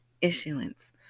issuance